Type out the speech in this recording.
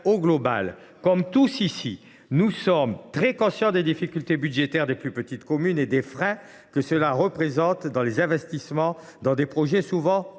au global ». Comme tous ici, nous sommes très conscients des difficultés budgétaires des plus petites communes et des freins qu’elles représentent pour ce qui concerne leur investissement dans des projets souvent